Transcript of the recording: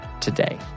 today